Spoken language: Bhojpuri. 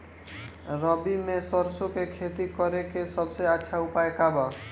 रबी में सरसो के खेती करे के सबसे अच्छा उपाय का बा?